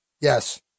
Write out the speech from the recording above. Yes